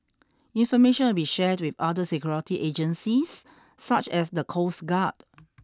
information will be shared with other security agencies such as the coast guard